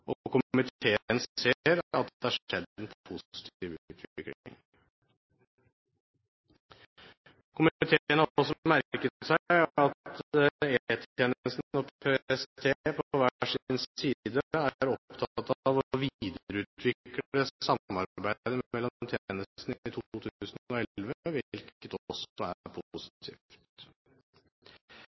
og komiteen ser at det har skjedd en positiv utvikling. Komiteen har også merket seg at E-tjenesten og PST på hver sin side er opptatt av å videreutvikle samarbeidet mellom tjenestene i